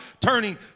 turning